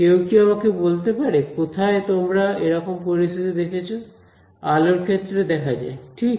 কেউ কি আমাকে বলতে পারে কোথায় তোমরা এরকম পরিস্থিতি দেখেছো আলোর ক্ষেত্রে দেখা যায় ঠিক